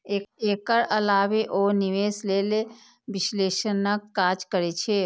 एकर अलावे ओ निवेश लेल विश्लेषणक काज करै छै